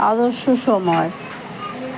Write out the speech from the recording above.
আদর্শ সময়